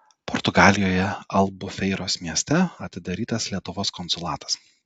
portugalijoje albufeiros mieste atidarytas lietuvos konsulatas